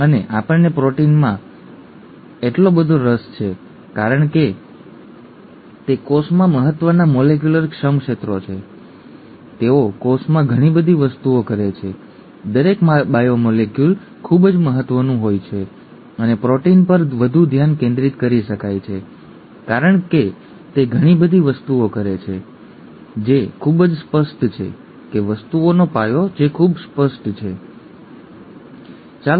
અને આપણને પ્રોટીનમાં એટલો બધો રસ છે કારણ કે તે કોષમાં મહત્ત્વના મોલેક્યુલર શ્રમક્ષેત્રો છે તેઓ કોષમાં ઘણી બધી વસ્તુઓ કરે છે દરેક બાયોમોલેક્યુલ ખૂબ જ મહત્ત્વનું છે અને પ્રોટીન પર વધુ ધ્યાન કેન્દ્રિત કરી શકાય છે કારણ કે તે ઘણી બધી વસ્તુઓ કરે છે જે ખૂબ જ સ્પષ્ટ છે કે વસ્તુઓનો પાયો જે ખૂબ જ સ્પષ્ટ છે બરાબર